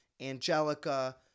Angelica